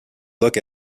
look